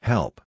Help